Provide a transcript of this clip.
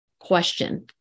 question